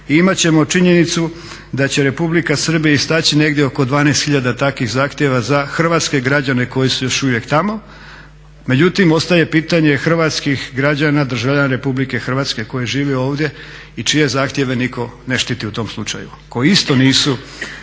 ćemo činjenicu da će Republika Srbija istaći negdje oko 12 hiljada takvih zahtjeva za hrvatske građane koji su još uvijek tamo. Međutim, ostaje pitanje hrvatskih građana, državljana Republike Hrvatske koji žive ovdje i čije zahtjeve nitko ne štiti u tom slučaju